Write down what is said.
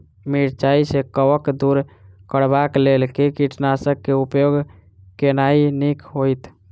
मिरचाई सँ कवक दूर करबाक लेल केँ कीटनासक केँ उपयोग केनाइ नीक होइत?